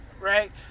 right